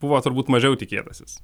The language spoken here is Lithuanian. buvo turbūt mažiau tikėtasis